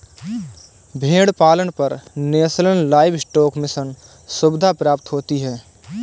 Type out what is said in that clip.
भेड़ पालन पर नेशनल लाइवस्टोक मिशन सुविधा प्राप्त होती है